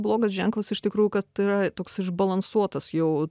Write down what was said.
blogas ženklas iš tikrųjų kad yra toks išbalansuotas jau